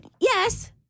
yes